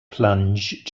plunge